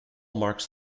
marks